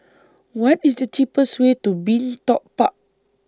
What IS The cheapest Way to Bin Tong Park